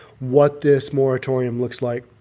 what this moratorium looks like.